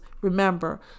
Remember